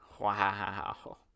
Wow